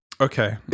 Okay